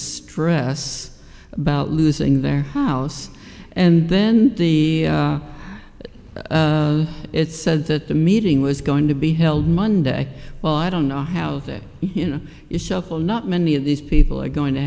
stress about losing their house and then the it said that the meeting was going to be held monday well i don't know how that you know shuffle not many of these people are going to